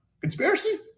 Conspiracy